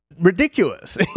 ridiculous